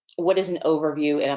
what is an overview, and